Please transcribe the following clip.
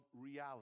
reality